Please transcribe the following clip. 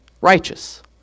righteous